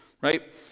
Right